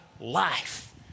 life